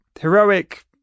Heroic